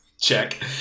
Check